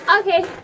Okay